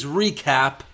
recap